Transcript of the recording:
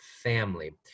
family